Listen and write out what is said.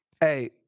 Hey